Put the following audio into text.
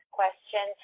question